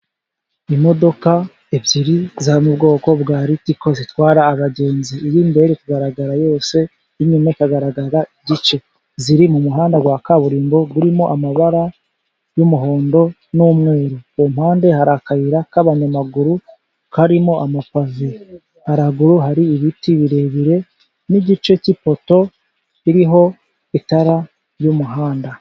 Imodoka ebyiri zo mu bwoko bwa ritiko zitwara abagenzi. Imbere iri kugaragara yose, n'inyuma ikagaragara igice. Ziri mu muhanda wa kaburimbo urimo amabara y'umuhondo n'umweru, ku mpande hari akayira k'abanyamaguru karimo amapave, haraguru hari ibiti birebire n'igice cy'ipoto iriho itara ry'umuhanda.